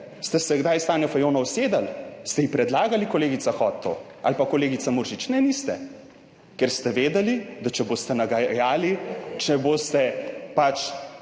Ste se kdaj s Tanjo Fajon usedli, ste ji predlagali, kolegica Hot, to, ali pa kolegica Muršič? Ne, niste. Ker ste vedeli, da če boste nagajali, če boste